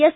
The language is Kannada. ಎಸ್